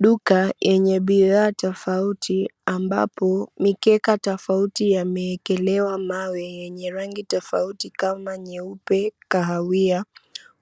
Duka yenye bidhaa tofauti, ambapo mikeka tofauti yameekelewa mawe yenye rangi tofauti kama nyeupe, kahawia.